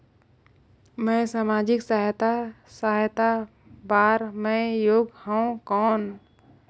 मैं समाजिक सहायता सहायता बार मैं योग हवं कौन?